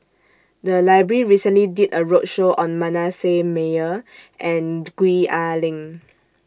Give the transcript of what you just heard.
The Library recently did A roadshow on Manasseh Meyer and Gwee Ah Leng